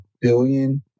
billion